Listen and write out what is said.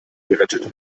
gerettet